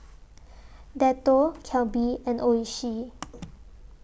Dettol Calbee and Oishi